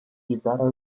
guitarra